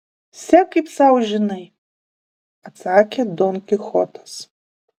sek kaip sau žinai atsakė don kichotas